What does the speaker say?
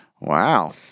Wow